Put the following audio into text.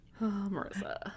Marissa